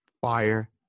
fire